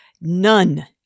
none